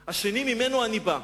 השני, ממנו אני בא,